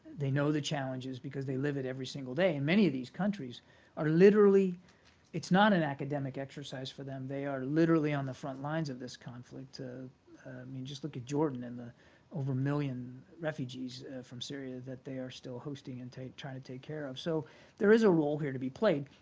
they know the challenges, because they live it every single day. and many of these countries are literally it's not an academic exercise for them. they are literally on the front lines of this conflict. i mean, just look at jordan and the over million refugees from syria that they are still hosting and trying to take care of. so there is a role here to be played.